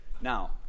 Now